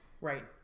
Right